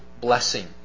blessing